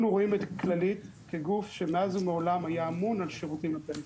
אנחנו רואים את כללית כגוף שמאז ומעולם היה אמון על שירותים לפריפריה.